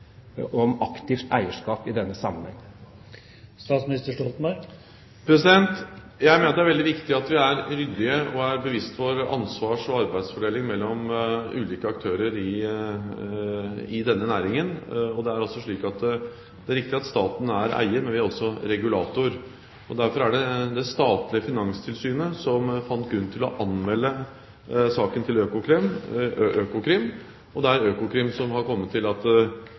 om aktivt eierskap i denne sammenheng? Jeg mener det er veldig viktig at vi er ryddige og er oss bevisst ansvars- og arbeidsfordelingen mellom ulike aktører i denne næringen. Det er riktig at staten er eier, men vi er også regulator. Derfor var det det statlige Finanstilsynet som fant grunn til å anmelde saken til Økokrim, og det er Økokrim som har kommet til at